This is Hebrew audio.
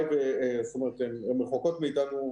הן רחוקות מאיתנו.